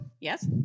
yes